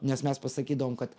nes mes pasakydavom kad